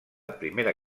primera